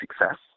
success